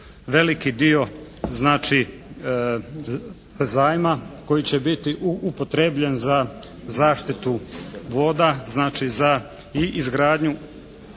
veliki dio znači zajma koji će biti upotrijebljen za zaštitu voda, znači za i izgradnju